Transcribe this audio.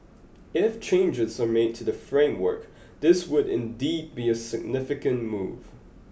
if changes are made to the framework this would indeed be a significant move